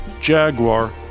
Jaguar